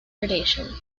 predation